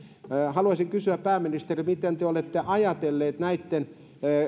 haluaisin kysyä pääministeriltä miten te te olette ajatelleet näitten